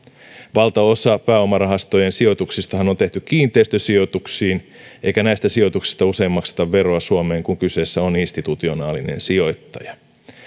valtaosa pääomarahastojen sijoituksistahan on on tehty kiinteistösijoituksiin eikä näistä sijoituksista usein makseta veroa suomeen kun kyseessä on institutionaalinen sijoittaja